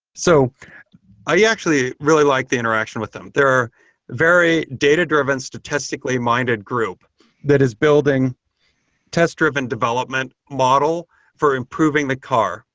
so i actually really like the interaction with them. they're very data-driven, statistically-minded statistically-minded group that is building test-driven development model for improving the car.